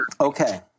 Okay